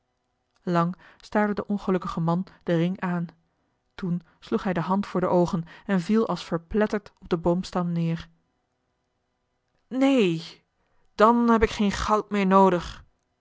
lang staarde de ongelukkige man den ring aan toen sloeg hij de hand voor de oogen en viel als verpletterd op den boomstam neer neen dan heb ik geen goud meer noodig